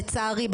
לצערי,